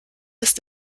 ist